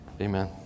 amen